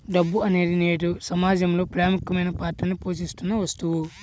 డబ్బు అనేది నేడు సమాజంలో ప్రముఖమైన పాత్రని పోషిత్తున్న వస్తువు